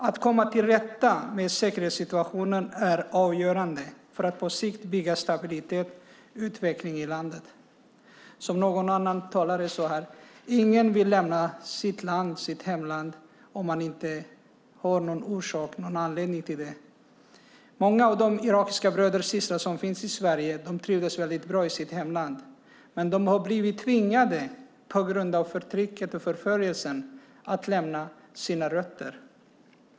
Att komma till rätta med säkerhetssituationen är avgörande för att på sikt bygga stabilitet och få en utveckling i landet. Som en tidigare talare sade här vill ingen lämna sitt hemland om man inte har en anledning till det. Många av de irakiska bröder och systrar som finns här i Sverige trivdes bra i sitt hemland, men de har blivit tvingade på grund av förtrycket och förföljelsen att lämna sina rötter.